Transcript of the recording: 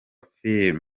filime